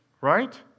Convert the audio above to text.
Right